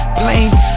planes